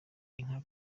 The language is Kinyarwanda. inka